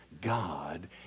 God